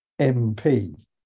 MP